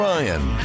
Ryan